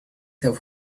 have